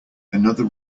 another